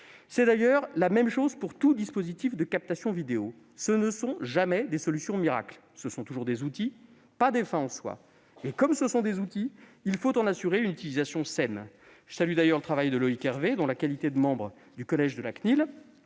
C'est d'ailleurs la même chose pour tout dispositif de captation vidéo : ce ne sont jamais des solutions miracles ; ce sont toujours des outils, non des fins en soi. Comme ce sont des outils, il faut en assurer une utilisation saine. Je salue d'ailleurs le travail de Loïc Hervé, dont la qualité de membre du collège de la CNIL